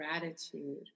gratitude